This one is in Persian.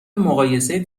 مقایسه